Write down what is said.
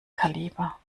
kaliber